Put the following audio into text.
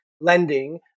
lending